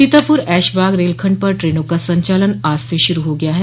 सीतापुर ऐशबाग रेलखंड पर ट्रेनों का संचालन आज से शुरू हो गया है